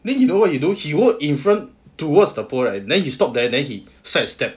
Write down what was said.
then you know what he do he walk in front towards the pole right and then he stop there then he sidestepped